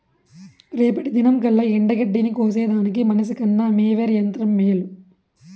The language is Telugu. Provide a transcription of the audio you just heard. రేపటి దినంకల్లా ఎండగడ్డిని కోసేదానికి మనిసికన్న మోవెర్ యంత్రం మేలు